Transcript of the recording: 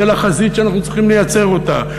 של החזית שאנחנו צריכים לייצר אותה,